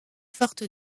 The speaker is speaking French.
forte